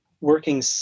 working